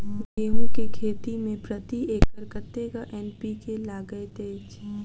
गेंहूँ केँ खेती मे प्रति एकड़ कतेक एन.पी.के लागैत अछि?